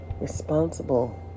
responsible